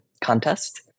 contest